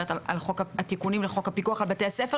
מדברת על התיקונים לחוק הפיקוח על בתי הספר